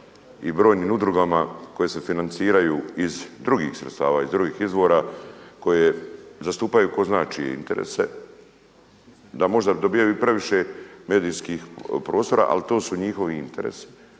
i brojnim udrugama koje se financiraju iz drugih sredstava, iz drugih izvora koje zastupaju tko zna čije interese, da možda dobivaju previše medijskih prostora ali to su njihovi interesi.